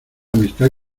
amistad